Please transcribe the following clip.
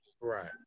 Right